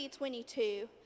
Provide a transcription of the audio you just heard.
22